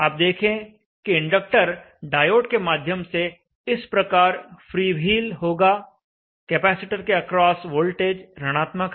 आप देखें कि इंडक्टर डायोड के माध्यम से इस प्रकार फ्रीव्हील होगा कैपेसिटर के अक्रॉस वोल्टेज ऋणात्मक है